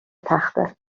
تخته